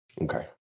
Okay